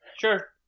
sure